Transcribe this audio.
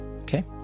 okay